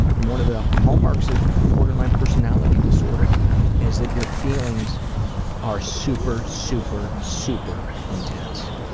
and one of the hallmarks of borderline personality disorder is that your feelings are super super super intense.